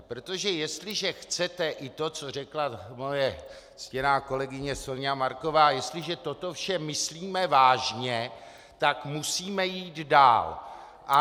Protože jestliže chcete i to, co řekla moje ctěná kolegyně Soňa Marková, jestliže toto vše myslíme vážně, musíme jít dál.